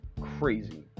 crazy